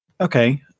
Okay